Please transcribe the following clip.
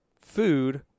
food